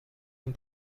اون